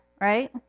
right